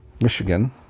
Michigan